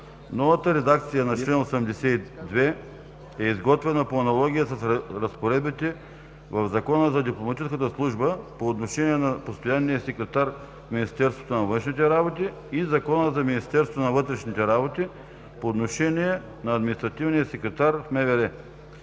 Новата редакция на чл. 82 е изготвена по аналогия с разпоредбите в Закона за Дипломатическата служба по отношение на постоянния секретар в Министерството на външните работи, и Закона за Министерството на вътрешните работи по отношение на административния секретар в МВР.